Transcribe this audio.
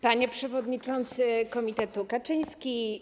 Panie Przewodniczący Komitetu Kaczyński!